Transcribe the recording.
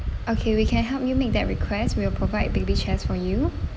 okay we can help you make that request will provide baby chairs for you